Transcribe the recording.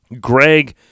Greg